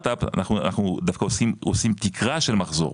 אפ אנחנו דווקא עושים תקרה של מחזור,